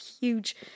huge